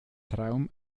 traum